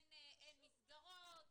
אין מסגרות,